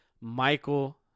Michael